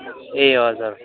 ए हजुर